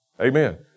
Amen